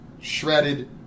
Shredded